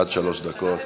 עד שלוש דקות.